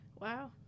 Wow